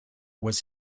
was